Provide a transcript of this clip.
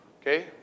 Okay